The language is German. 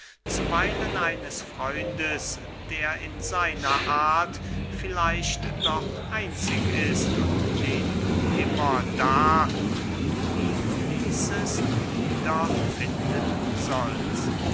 zuweilen eines freundes der in seiner art vielleicht doch einzig ist und den du immer da wo du ihn ließest wieder finden sollst